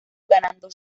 ganando